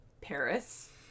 Paris